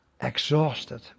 exhausted